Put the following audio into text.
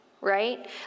right